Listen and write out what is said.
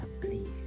please